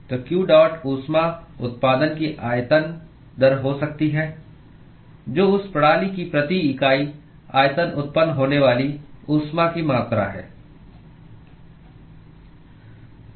तो q dot ऊष्मा उत्पादन की आयतन दर हो सकती है जो उस प्रणाली की प्रति इकाई आयतन उत्पन्न होने वाली ऊष्मा की मात्रा है